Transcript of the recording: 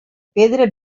pedra